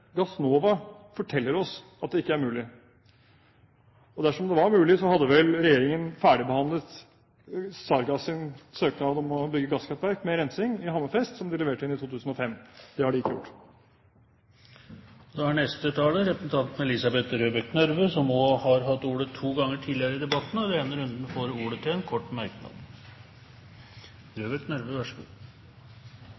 forteller oss at det ikke er mulig. Dersom det var mulig, hadde vel regjeringen ferdigbehandlet Sargas sin søknad om å bygge gasskraftverk med rensing i Hammerfest som de leverte inn i 2005. Det har de ikke gjort. Elisabeth Røbekk Nørve har også hatt ordet to ganger tidligere i debatten og får ordet til en kort merknad,